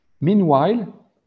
Meanwhile